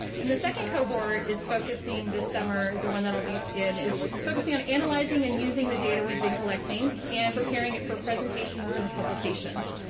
and the second cohort is focusing this summer, the one that i'll be in is focusing on analyzing and using the data we've been collecting and preparing it for presentations and publications.